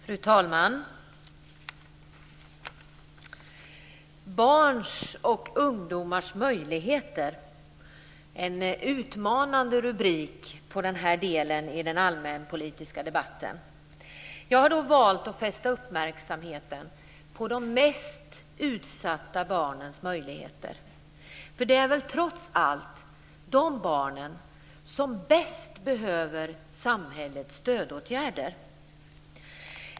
Fru talman! "Barns och ungdomars möjligheter" är en utmanande rubrik på den här delen av den allmänpolitiska debatten. Jag har valt att fästa uppmärksamheten på de mest utsatta barnens möjligheter. Det är trots allt de barnen som bäst behöver samhällets stödåtgärder.